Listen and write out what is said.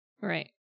Right